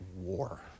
war